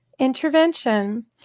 Intervention